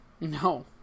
No